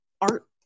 art